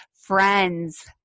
Friends